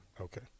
Okay